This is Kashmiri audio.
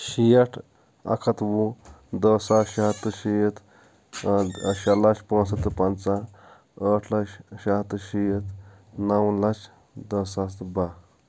شیٹھ اَکھ ہَتھ وُہ دَہ ساس شےٚ ہَتھ تہٕ شیٖتھ شےٚ لَچھ پانٛژھ ہَتھ تہٕ پنٛژاہ ٲٹھ لَچھ شےٚ ہَتھ تہٕ شیٖتھ نَو لَچھ دَہ ساس تہٕ بَہہ